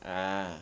ah